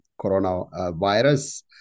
coronavirus